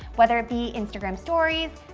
whether it be instagram stories,